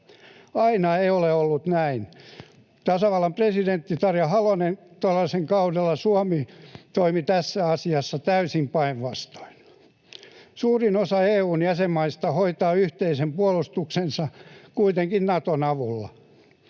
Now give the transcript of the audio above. Aina ei ole ollut näin. Tasavallan presidentti Tarja Halosen kaudella Suomi toimi tässä asiassa täysin päinvastoin. Suurin osa EU:n jäsenmaista hoitaa yhteisen puolustuksensa kuitenkin Naton avulla,